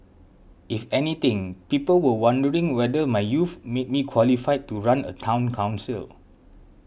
if anything people were wondering whether my youth made me qualified to run a Town Council